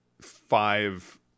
five